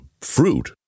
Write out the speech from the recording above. fruit